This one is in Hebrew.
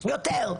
יותר.